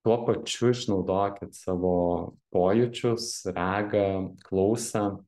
tuo pačiu išnaudokit savo pojūčius regą klausą